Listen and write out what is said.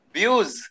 Views